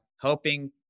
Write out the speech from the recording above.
helping